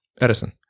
Edison